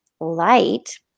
light